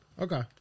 Okay